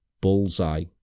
Bullseye